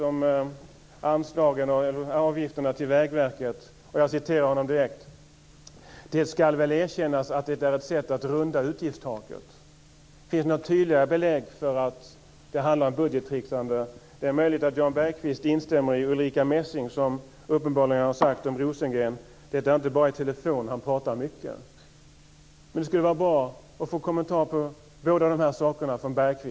Om anslagen och avgifterna till Vägverket sade Björn Rosengren: Det ska väl erkännas att det är ett sätt att runda utgiftstaket. Finns det något tydligare belägg för att det handlar om budgettricksande? Det är möjligt att Jan Bergqvist instämmer med Ulrica Messing, som uppenbarligen har sagt om Rosengren att det inte bara är i telefon som han pratar mycket. Det skulle vara bra att få en kommentar av Bergqvist till båda dessa saker.